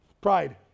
Pride